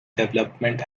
development